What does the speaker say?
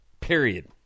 period